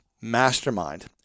mastermind